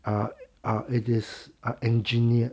uh uh it is ah engineered